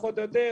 פחות או יותר,